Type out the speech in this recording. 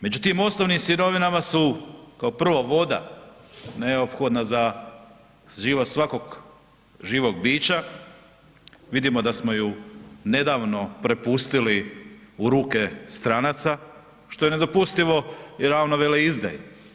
Među tim osnovnim sirovinama su kao prvo voda neophodna za život svakog živog bića, vidimo da smo ju nedavno prepustili u ruke stranaca, što je nedopustivo i ravno veleizdaji.